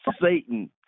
Satan